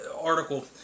Article